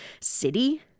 city